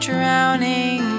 Drowning